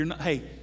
Hey